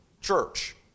church